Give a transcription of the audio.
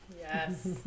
Yes